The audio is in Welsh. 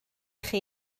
chi